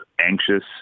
anxious